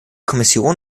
kommission